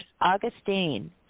Augustine